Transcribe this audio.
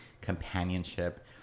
companionship